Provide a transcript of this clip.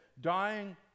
dying